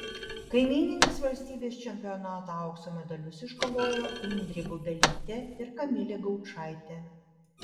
kaimyninės valstybės čempionato aukso medalius iškovojo indrė bubelytė ir kamilė gaučaitė